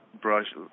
brush